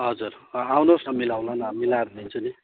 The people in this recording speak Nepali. हजुर अँ आउनुहोस् न मिलाउँला न मिलाएर दिन्छु नि